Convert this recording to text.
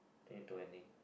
twenty two I think